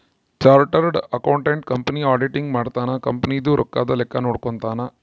chartered accountant company auditing ಮಾಡ್ತನ company ದು ರೊಕ್ಕದ ಲೆಕ್ಕ ನೋಡ್ಕೊತಾನ